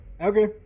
Okay